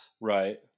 Right